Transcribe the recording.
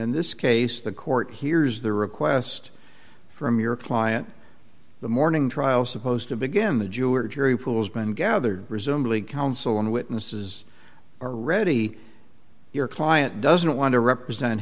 in this case the court hears the request from your client the morning trial supposed to begin the jew or jury pool has been gathered presumably counsel and witnesses are ready your client doesn't want to represent